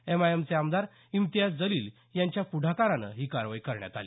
एमआयएमचे आमदार इम्तियाज जलील यांच्या प्ढाकारानं ही कारवाई करण्यात आली